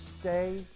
stay